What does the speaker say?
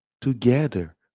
together